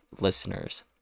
listeners